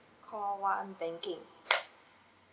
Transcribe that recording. call one banking